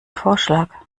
vorschlag